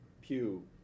Pew